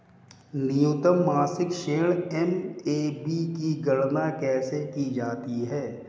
न्यूनतम मासिक शेष एम.ए.बी की गणना कैसे की जाती है?